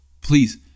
Please